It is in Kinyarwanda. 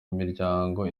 miryango